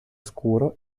scuro